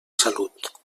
salut